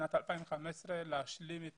משנת 2015, להשלים את